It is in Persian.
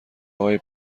آقای